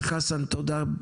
וחסן תודה,